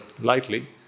lightly